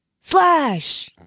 slash